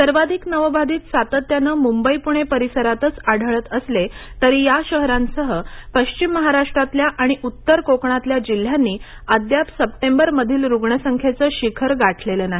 सर्वाधिक नवबाधित सातत्यानं मुंबई पुणे परिसरातच आढळत असले तरी या शहरांसह पश्चिम महाराष्ट्रातल्या आणि उत्तर कोकणातल्या जिल्ह्यांनी अद्याप सप्टेबर मधील रुग्णसंख्येचं शिखर गाठलेलं नाही